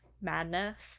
madness